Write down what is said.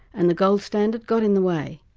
and the gold standard got in the way.